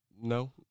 No